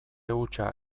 hutsa